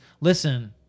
Listen